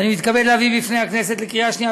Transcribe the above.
אני מתכבד להביא בפני הכנסת לקריאה שנייה